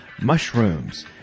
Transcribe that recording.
mushrooms